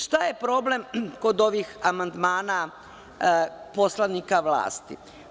Šta je problem kod ovih amandmana poslanika vlasti?